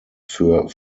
für